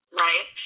right